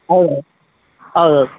ಹೌದು ಹೌದ್ ಹೌದ್